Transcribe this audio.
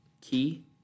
Key